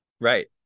right